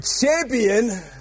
champion